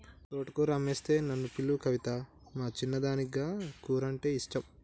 తోటకూర అమ్మొస్తే నన్ను పిలువు కవితా, మా చిన్నదానికి గా కూరంటే ఇష్టం